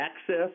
access